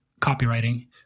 copywriting